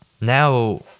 Now